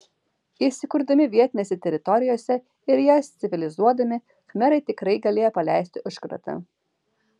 įsikurdami vietinėse teritorijose ir jas civilizuodami khmerai tikrai galėjo paleisti užkratą